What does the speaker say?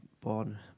Born